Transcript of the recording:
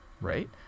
right